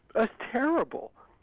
ah terrible,